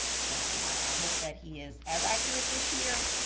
so i hope that he is as accurate this year,